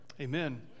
Amen